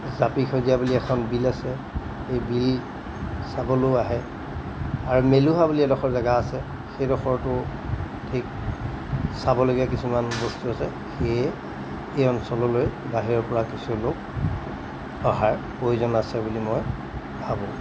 জাপি বুলি এখন বিল আছে সেই বিল চাবলৈও আহে আৰু মেলুহা বুলি এডখৰ জেগা আছে সেই ডখৰটো ঠিক চাবলগীয়া কিছুমান বস্তু আছে সেয়ে এই অঞ্চললৈ বাহিৰৰ পৰা কিছু লোক অহাৰ প্ৰয়োজন আছে বুলি মই ভাবোঁ